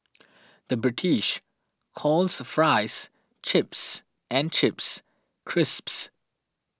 the British calls Fries Chips and Chips Crisps